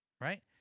Right